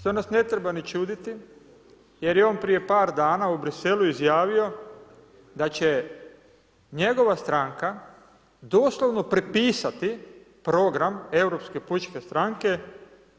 Što nas ne treba ni čuditi jer je on prije par dana u Briselu izjavio da će njegova stranka doslovno prepisati program Europske pučke stranke